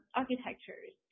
architectures